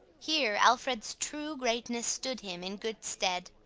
here alfred's true greatness stood him in good stead.